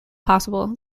possible